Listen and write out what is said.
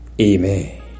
amen